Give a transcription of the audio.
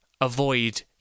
avoid